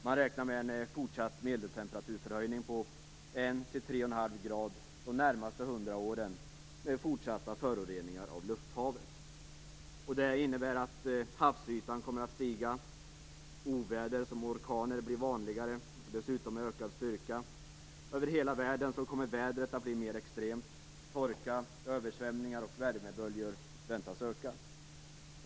Man räknar med en höjning av medeltemperaturen på en till tre och en halv grad de närmaste hundra åren med fortsatta föroreningar av lufthavet. Det innebär att havsytan kommer att stiga. Oväder, som orkaner, blir vanligare och får dessutom ökad styrka. Över hela världen kommer vädret att bli mer extremt. Torka, översvämningar och värmeböljor väntas öka.